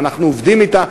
ואנחנו עובדים אתה,